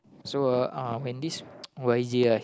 so uh when this Y J ah